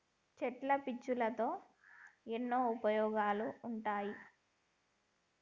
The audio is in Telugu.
చెట్ల పీచులతో ఎన్నో ఉపయోగాలు ఉంటాయి